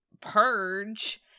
purge